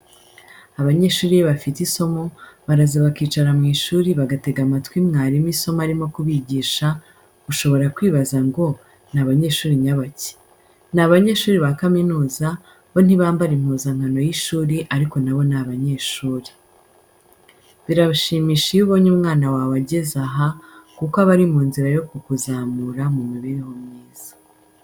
Abanyeshuri iyo bafite isomo, baraza bakicara mu ishuri bagatega amatwi mwarimu isomo arimo kubigisha, ushobora kwibaza ngo ni abanyeshuri nyabaki? Ni abanyeshuri ba kaminuza bo ntibambara impuzankano y'ishuri ariko na bo ni abanyeshuri. Birashimisha iyo ubonye umwana wawe ageze aha kuko aba ari mu nzira yo kukuzamura mu mibereho myiza.